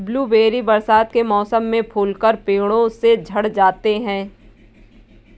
blueberry बरसात के मौसम में फूलकर पेड़ों से झड़ जाते हैं